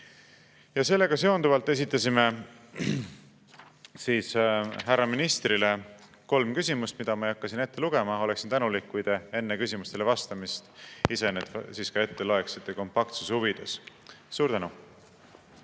Ja sellega seonduvalt esitasime härra ministrile kolm küsimust, mida ma ei hakka siin ette lugema. Oleksin tänulik, kui te enne küsimustele vastamist need ise ette loeksite kompaktsuse huvides. Suur tänu!